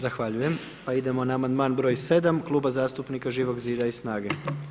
Zahvaljujem, pa idemo na Amandman br. 7. kluba zastupnika Živog zida i Snage.